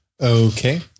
Okay